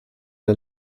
der